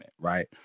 right